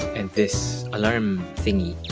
and this alarm-thingy